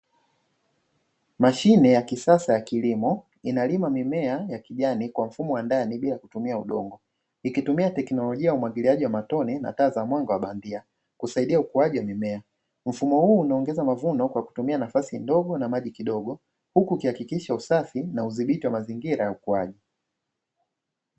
Mashine ya kisasa ya kilimo inalima mimea ya kijani kwa mfumo wa ndani bila kutumia udongo ikitumia teknolojia ya umwagiliaji wa matone na taa za mwanga wa bandia kusaidia ukuaji wa mimea. Mfumo huu unaongeza mavuno kwa kutumia nafasi ndogo na maji kidogo huku ukihakikisha usafi na udhibiti wa mazingira ya ukuaji.